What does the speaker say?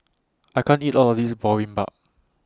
I can't eat All of This Boribap